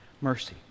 mercy